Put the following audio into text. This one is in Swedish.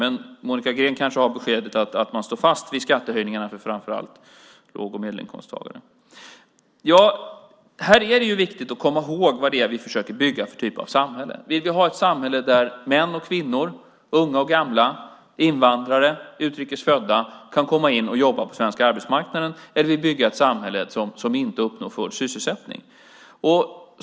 Men Monica Green kanske har beskedet att man står fast vid skattehöjningarna för framför allt låg och medelinkomsttagare. Här är det viktigt att komma ihåg vad för typ av samhälle vi försöker bygga. Vill vi ha ett samhälle där män och kvinnor, unga och gamla, invandrare och utrikes födda kan komma in och jobba på svensk arbetsmarknad? Eller vill vi bygga ett samhälle som inte uppnår full sysselsättning?